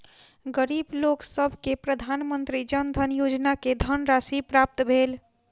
गरीब लोकसभ के प्रधानमंत्री जन धन योजना के धनराशि प्राप्त भेल